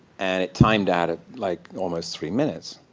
and it timed out at, like, almost three minutes.